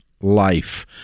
Life